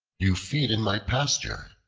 you feed in my pasture.